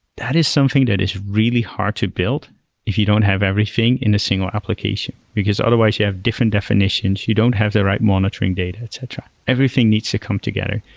that is something that is really hard to build if you don't have everything in a single application, because otherwise you have different definitions. you don't have the right monitoring data, etc. everything needs to come together,